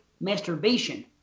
masturbation